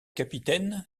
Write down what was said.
capitaine